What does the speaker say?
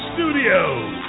Studios